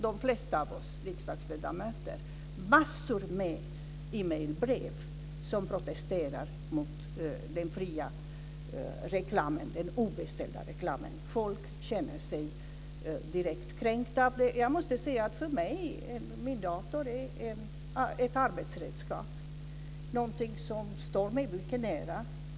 De flesta av oss riksdagsledamöter har också fått massor med e-brev som protesterar mot den fria obeställda reklamen. Folk känner sig direkt kränkta av det. För mig är min dator ett arbetsredskap och någonting som står mig mycket nära.